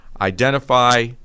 identify